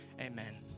amen